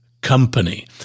company